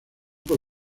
por